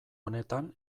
honetan